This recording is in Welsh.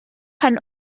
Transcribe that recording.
pan